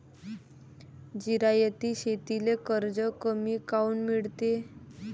जिरायती शेतीले कर्ज कमी काऊन मिळते?